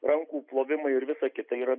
rankų plovimai ir visa kita yra